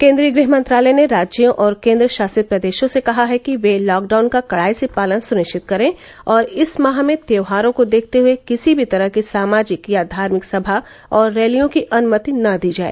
केन्द्रीय गृह मंत्रालय ने राज्यों और केन्द्र शासित प्रदेशों से कहा है कि वे लॉकडाउन का कड़ाई से पालन सुनिश्चित करें और इस माह में त्योहारों को देखते हुए किसी भी तरह की सामाजिक या धार्मिक सभा और रैलियों की अनुमति न दी जाए